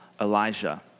Elijah